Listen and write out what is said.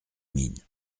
mines